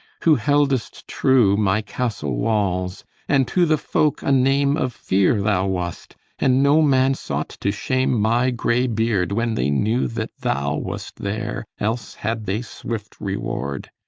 who heldest true my castle walls and to the folk a name of fear thou wast and no man sought to shame my grey beard, when they knew that thou wast there, else had they swift reward